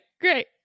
great